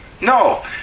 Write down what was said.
No